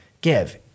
give